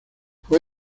fue